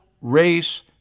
race